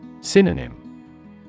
Synonym